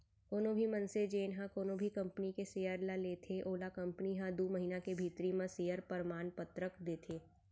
कोनो भी मनसे जेन ह कोनो भी कंपनी के सेयर ल लेथे ओला कंपनी ह दू महिना के भीतरी म सेयर परमान पतरक देथे